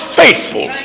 faithful